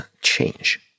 change